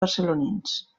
barcelonins